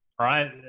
right